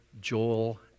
Joel